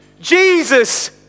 Jesus